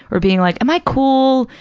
or being like, am i cool,